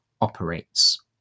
operates